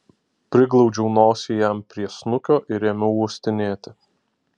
priglaudžiau nosį jam prie snukio ir ėmiau uostinėti